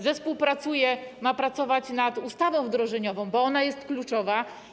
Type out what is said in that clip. Zespół pracuje, ma pracować nad ustawą wdrożeniową, bo ona jest kluczowa.